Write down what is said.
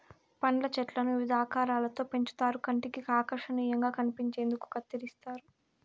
పండ్ల చెట్లను వివిధ ఆకారాలలో పెంచుతారు కంటికి ఆకర్శనీయంగా కనిపించేందుకు కత్తిరిస్తారు